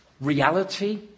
reality